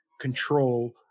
control